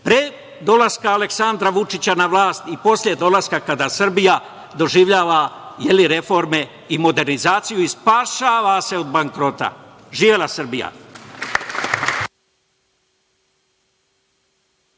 Pre dolaska Aleksandra Vučića na vlast i posle dolaska kada Srbija doživljava reforme i modernizaciju i spašava se od bankrota. Živela Srbija.